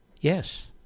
Yes